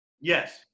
Yes